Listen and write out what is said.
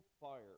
fire